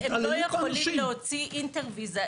התעללות באנשים.